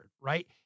right